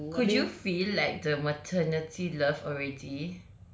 could you feel like the maternity love already